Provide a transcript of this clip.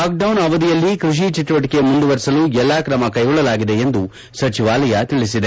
lockdown ಅವಧಿಯಲ್ಲಿ ಕೃಷಿ ಚಟುವಟಿಕೆ ಮುಂದುವರೆಸಲು ಎಲ್ಲ ಕ್ರಮ ಕೈಗೊಳ್ಳಲಾಗಿದೆ ಎಂದು ಸಚಿವಾಲಯ ತಿಳಿಸಿದೆ